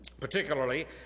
particularly